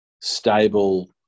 stable